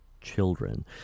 children